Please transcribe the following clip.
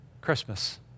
Christmas